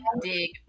dig